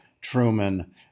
Truman